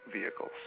vehicles